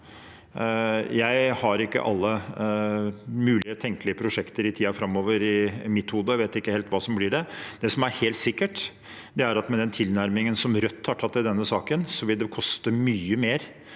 Jeg har ikke alle mulige, tenkelige prosjekter i tiden framover i mitt hode, jeg vet ikke helt hva de blir. Det som er helt sikkert, er at med den tilnærmingen Rødt har i denne saken, vil det koste mye mer